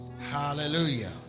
Hallelujah